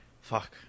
fuck